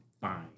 fine